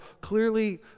clearly